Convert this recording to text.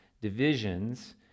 divisions